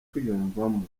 kwiyumvamo